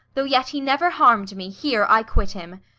though yet he never harm'd me, here i quit him.